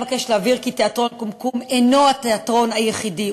אבקש להבהיר כי תיאטרון "קומקום" אינו התיאטרון היחידי,